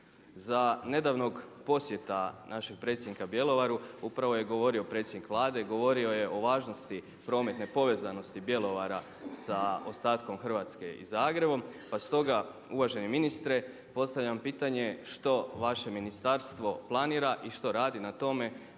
Za nedavnog posjeta našeg predsjednika Bjelovaru upravo je govorio predsjednik Vlade, govorio je o važnosti prometne povezanosti Bjelovara sa ostatkom Hrvatske i Zagrebom. Pa stoga uvaženi ministre postavljam pitanje što vaše ministarstvo planira i što radi na tome